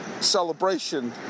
celebration